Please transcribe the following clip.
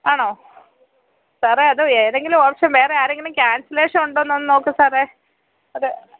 ആണോ സാറേ അത് ഏതെങ്കിലും ഓപ്ഷൻ വേറെ ആരെങ്കിലും ക്യാൻസലേഷൻ ഉണ്ടോന്ന് ഒന്ന് നോക്ക് സാറേ അത്